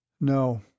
No